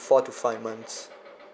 four to five months